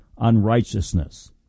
unrighteousness